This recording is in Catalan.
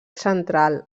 central